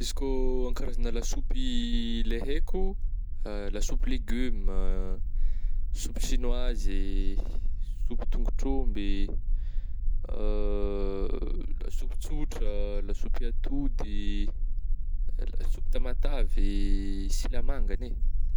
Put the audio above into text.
Izy kô an-karazagna lasopy ih, le haiko lasopy légume ah, sopy sinoazy, sopy tongotr'omby, lasopy tsotra, lasopy atody, lasopy tamatavy, silamangagny eh.